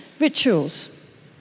rituals